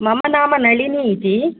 मम नाम नलिनी इति